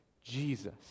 Jesus